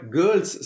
girls